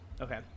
Okay